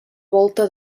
volta